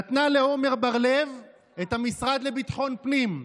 נתנה לעמר בר לב את המשרד לביטחון פנים,